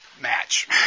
match